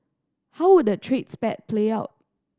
how would the trade spat play out